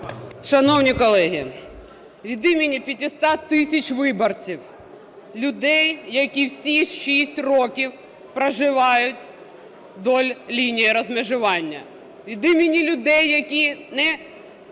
Шановні колеги! Від імені 500 тисяч виборців, людей, які всі шість років проживають вздовж лінії розмежування, від імені людей, які не